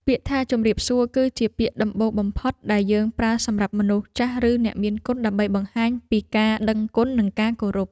ពាក្យថាជម្រាបសួរគឺជាពាក្យដំបូងបំផុតដែលយើងប្រើសម្រាប់មនុស្សចាស់ឬអ្នកមានគុណដើម្បីបង្ហាញពីការដឹងគុណនិងការគោរព។